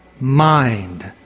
mind